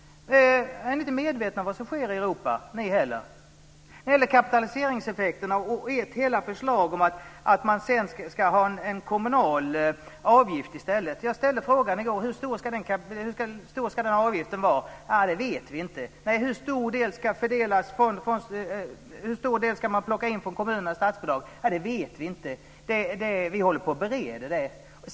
Är ni inte medvetna om vad som sker i Europa? Det gäller även kapitaliseringseffekterna och ert förslag om att ha en kommunal avgift. Jag ställde frågan i går om hur stor den avgiften ska vara. Det vet ni inte. Hur stor del ska plockas in till kommunerna i statsbidrag? Det vet ni inte. Ni bereder frågan.